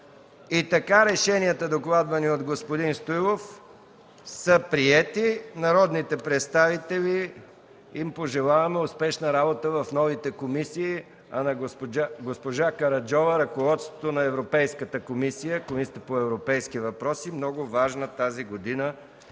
И така решенията, докладвани от господин Стоилов, са приети. На народните представители им пожелаваме успешна работа в новите комисии, а на госпожа Караджова – в ръководството на Комисията по европейски въпроси. Тази година